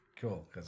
Cool